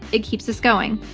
it keeps us going.